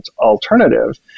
alternative